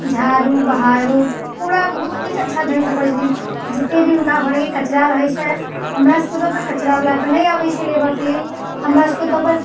झाड़ू बहारू पूरा बहुत किछु अच्छा ढङ्गसँ करैत छथिन जते भी हुनका घरके कचरा रहैत छै हमरा सबके ओते पर कचरा बला तऽ नहि अबैत छै लेबऽ के लेल हमरा सबके